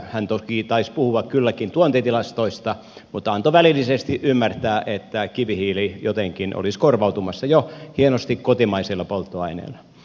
hän toki taisi puhua kylläkin tuontitilastoista mutta antoi välillisesti ymmärtää että kivihiili jotenkin olisi korvautumassa jo hienosti kotimaisilla polttoaineilla